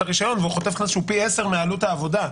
הרישיון והוא חוטף קנס שהוא פי עשר מעלות העבודה.